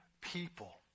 people